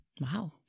Wow